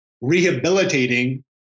rehabilitating